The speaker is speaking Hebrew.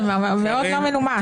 זה מאוד לא מנומס.